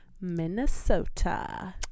Minnesota